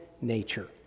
nature